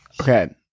Okay